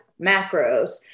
macros